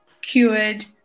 cured